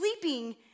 sleeping